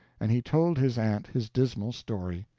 and he told his aunt his dismal story.